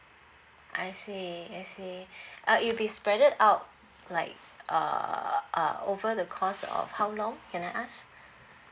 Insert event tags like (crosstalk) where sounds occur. I see I see (breath) uh it will be spreaded out like uh uh over the course of how long can I ask